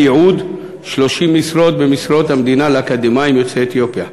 ייעוד 30 משרות במשרות המדינה לאקדמאים יוצאי אתיופיה.